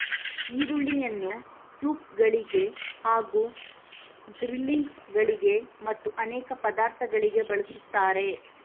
ಈರುಳ್ಳಿಯನ್ನು ಸೂಪ್ ಗಳಿಗೆ ಹಾಗೂ ಗ್ರಿಲ್ಲಿಂಗ್ ಗಳಿಗೆ ಮತ್ತು ಅನೇಕ ಪದಾರ್ಥಗಳಿಗೆ ಬಳಸುತ್ತಾರೆ